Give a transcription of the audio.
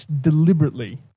deliberately